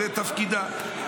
זה תפקידה.